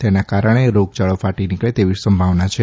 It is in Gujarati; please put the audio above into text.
તેના કારણે રોગયાળો ફાટી નીકળે તેવી સંભાવના છે